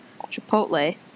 chipotle